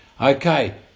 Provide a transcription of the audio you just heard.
Okay